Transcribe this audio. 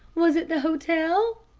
was it the hotel?